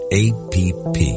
app